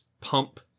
pump